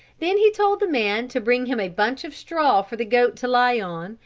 then he told the man to bring him a bunch of straw for the goat to lie on,